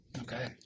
Okay